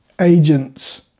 agents